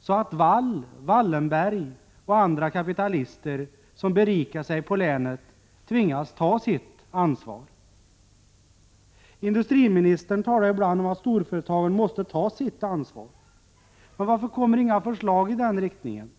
så att Wall, Wallenberg och andra kapitalister som berikat sig på länet tvingas ta sitt ansvar? Industriministern talar ibland om att storföretagen måste ta sitt ansvar. Men varför kommer inga förslag i den riktningen?